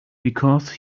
because